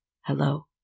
Hello